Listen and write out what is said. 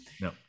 No